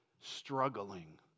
struggling